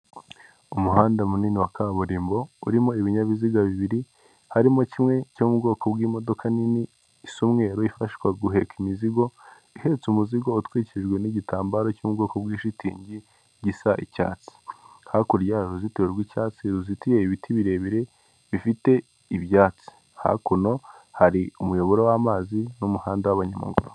Umuhanda munini wa kaburimbo urimo ibinyabiziga bibiri, harimo kimwe cyo mu bwoko bw'imodoka nini isa umweru ifashwa guheka imizigo ihetse umuzigo utwikijwe n'igitambaro cy'ubwoko bw'ishitingi gisa icyatsi, hakurya hari uruzitiro rw'icyatsi ruzitiye, ibiti birebire bifite ibyatsi, hakuno hari umuyoboro w'amazi n'umuhanda w'abanyamaguru.